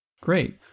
Great